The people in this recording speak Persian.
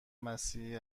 مسیحی